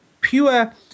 pure